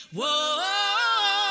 Whoa